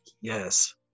yes